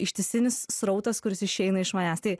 ištisinis srautas kuris išeina iš manęs tai